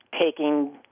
taking